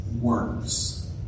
works